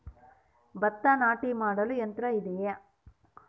ಭತ್ತ ನಾಟಿ ಮಾಡಲು ಯಂತ್ರ ಇದೆಯೇ?